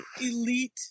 elite